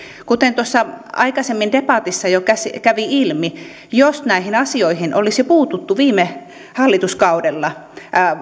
kuten aikaisemmin debatissa jo kävi ilmi jos näihin asioihin olisi puututtu viime hallituskaudella